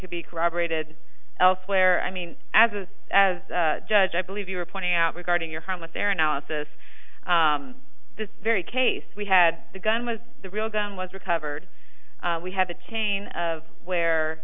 could be corroborated elsewhere i mean as a judge i believe you are pointing out regarding your home with their analysis this very case we had the gun was the real gun was recovered we have a chain of where